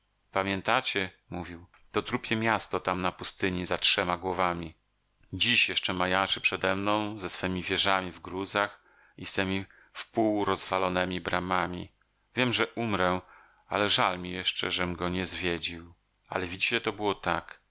pamiętacie mówił to trupie miasto tam na pustyni za trzema głowami dziś jeszcze majaczy przedemną ze swemi wieżami w gruzach i z temi wpół rozwalonemi bramami wiem że umrę ale żal mi jeszcze żem go nie zwiedził ale widzicie to było tak